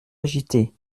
agité